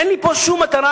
אין לי פה שום מטרה.